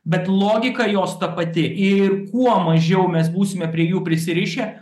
bet logika jos ta pati ir kuo mažiau mes būsime prie jų prisirišę